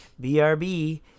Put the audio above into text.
BRB